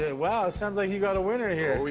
ah wow, it sounds like you got a winner here.